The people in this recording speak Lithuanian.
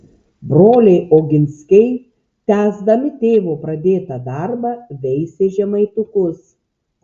broliai oginskiai tęsdami tėvo pradėtą darbą veisė žemaitukus